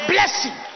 Blessing